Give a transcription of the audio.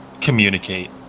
communicate